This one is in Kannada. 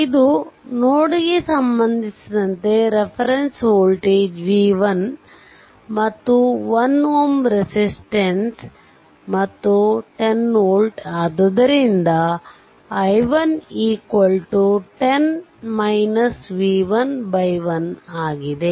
ಇದು ನೋಡ್ಗೆ ಸಂಬಂಧಿಸಿದಂತೆ ರೆಫರೆನ್ಸ್ ವೋಲ್ಟೇಜ್ v1 ಮತ್ತು 1 Ω ರೆಸಿಸ್ಟೆಂಸ್ ಮತ್ತು 10 volt ಆದ್ದರಿಂದ i1 1 ಆಗಿದೆ